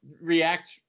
react